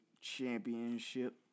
championship